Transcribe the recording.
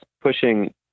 pushing